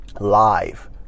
live